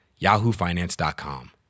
yahoofinance.com